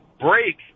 break